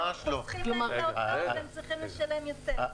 לוקחים מהם את האחריות וצריכים לשלם יותר.